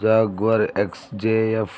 jaguar X J F